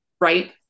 right